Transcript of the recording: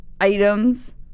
items